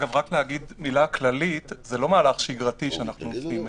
מהלך שגרתי שאנחנו עושים,